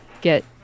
get